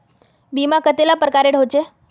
बीमा कतेला प्रकारेर होचे?